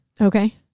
okay